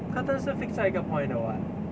curtain 是 fix 在一个 point 的 [what]